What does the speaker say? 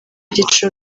byiciro